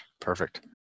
perfect